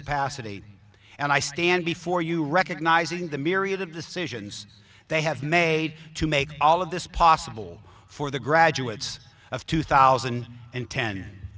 capacity and i stand before you recognizing the myriad of the solutions they have made to make all of this possible for the graduates of two thousand and ten